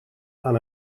aan